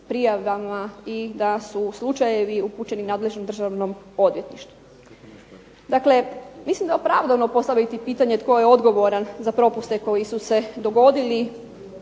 prijavama i da su slučajevi upućeni nadležnom Državnom odvjetništvu. Dakle, mislim da je opravdano postaviti pitanje tko je odgovoran za propuste koji su se dogodili?